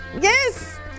yes